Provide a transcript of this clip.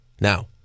now